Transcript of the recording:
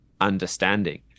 understanding